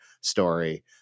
story